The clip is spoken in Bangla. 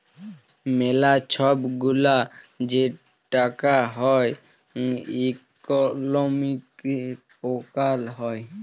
ম্যালা ছব গুলা যে টাকা হ্যয় ইকলমিক্সে পড়াল হ্যয়